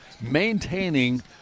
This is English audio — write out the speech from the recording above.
maintaining